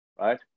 right